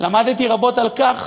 למדתי רבות על כך